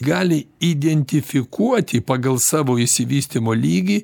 gali identifikuoti pagal savo išsivystymo lygį